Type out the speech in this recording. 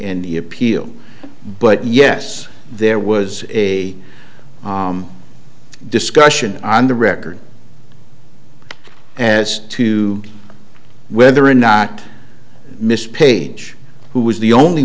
and the appeal but yes there was a discussion on the record as to whether or not miss page who was the only